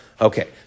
Okay